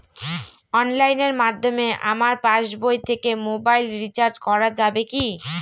অনলাইনের মাধ্যমে আমার পাসবই থেকে মোবাইল রিচার্জ করা যাবে কি?